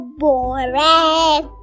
boring